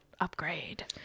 Upgrade